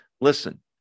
Listen